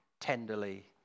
tenderly